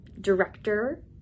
director